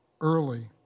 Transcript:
early